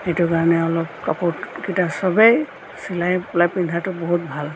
সেইটো কাৰণে অলপ কাপোৰকিটা চবেই চিলাই পেলাই পিন্ধাটো বহুত ভাল